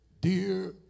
dear